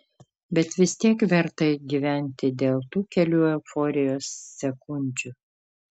bet vis tiek verta gyventi dėl tų kelių euforijos sekundžių